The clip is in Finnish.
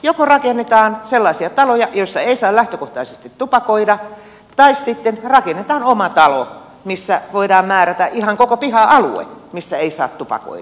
joko rakennetaan sellaisia taloja joissa ei saa lähtökohtaisesti tupakoida tai sitten rakennetaan oma talo missä voidaan määrätä ihan koko piha alue missä ei saa tupakoida